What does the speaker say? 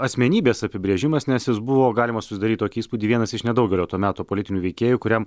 asmenybės apibrėžimas nes jis buvo galima susidaryti tokį įspūdį vienas iš nedaugelio to meto politinių veikėjų kuriam